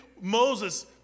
Moses